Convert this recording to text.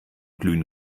glühen